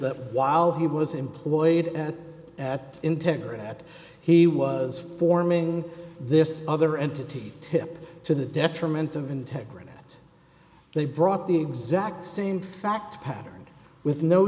that while he was employed at integrity that he was forming this other entity tip to the detriment of integrity that they brought the exact same fact pattern with no